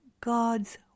God's